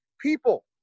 people